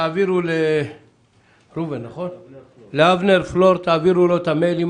תעבירו לאבנר פלור את המייל,